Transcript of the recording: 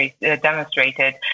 demonstrated